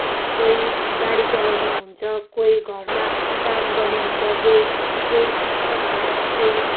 कोही गाडी चलाउने हुन्छ कोही घरमा काम गर्ने हुन्छ कोही कोही किसान हुन्छ कोही